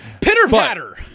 Pitter-patter